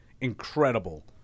incredible